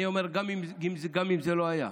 אני אומר: גם אם זה לא היה.